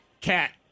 Cat